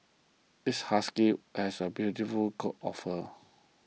this husky has a beautiful coat of fur